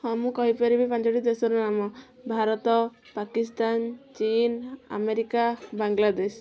ହଁ ମୁଁ କହିପାରିବି ପାଞ୍ଚଟି ଦେଶର ନାମ ଭାରତ ପାକିସ୍ତାନ ଚୀନ ଆମେରିକା ବାଙ୍ଗଲାଦେଶ